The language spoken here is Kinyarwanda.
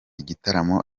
igitaramo